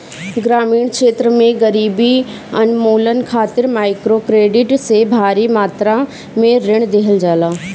ग्रामीण क्षेत्र में गरीबी उन्मूलन खातिर माइक्रोक्रेडिट से भारी मात्रा में ऋण देहल जाला